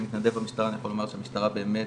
כמתנדב משטרה אני יכול לומר שהמשטרה באמת